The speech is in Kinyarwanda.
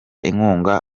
inkunga